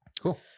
cool